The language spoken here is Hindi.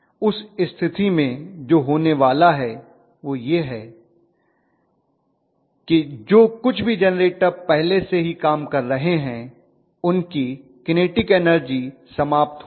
उस स्थिति में जो होने वाला है वह यह है कि जो कुछ भी जेनरेटर पहले से ही काम कर रहे हैं उनकी किनेटिक एनर्जी समाप्त होगी